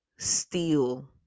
steal